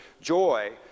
joy